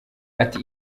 ati